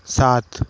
सात